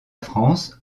france